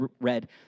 read